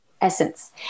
essence